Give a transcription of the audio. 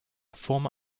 former